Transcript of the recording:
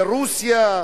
לרוסיה,